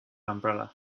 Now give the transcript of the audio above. umbrella